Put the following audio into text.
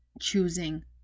choosing